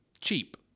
cheap